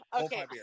Okay